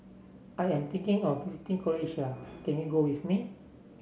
I am thinking of visiting Croatia can you go with me